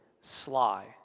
sly